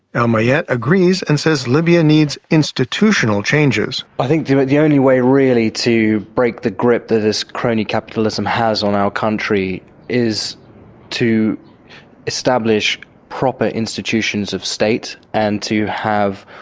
um ah yeah agrees and says libya needs institutional changes. i think the like the only way, really, to break the grip that this crony capitalism has on our country is to establish proper institutions of state and to have